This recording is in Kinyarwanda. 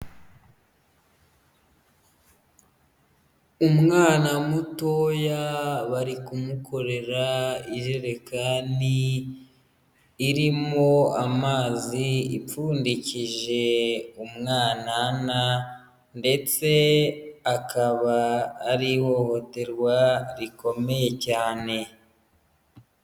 Umwana mutoya bari kumukorera ijerekani, irimo amazi ipfundikije umwanana ndetse akaba ari ihohoterwa rikomeye cyane.